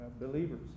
believers